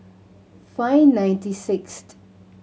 five ninety sixth